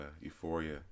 Euphoria